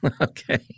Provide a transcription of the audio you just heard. Okay